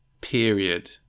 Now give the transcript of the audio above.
period